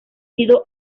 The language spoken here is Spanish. sido